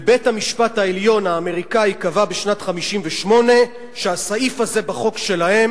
ובית-המשפט העליון האמריקני קבע בשנת 1958 שהסעיף הזה בחוק שלהם